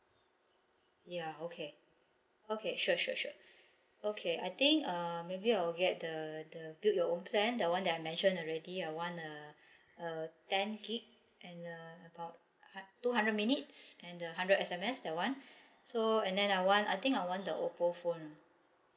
ya okay okay sure sure sure okay I think uh maybe I'll get the the build your own plan the [one] that I mention already I want uh uh ten gig and uh about hu~ two hundred minutes and the hundred S_M_S that one so and then I want I think I want the oppo phone ah